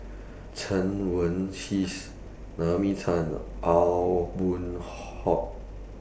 Chen Wen Hsi Naomi Tan Aw Boon Haw